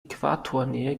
äquatornähe